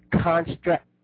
construct